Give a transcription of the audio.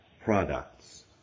products